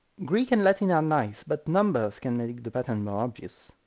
greek and latin are nice, but numbers can make the pattern more obvious.